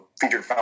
featured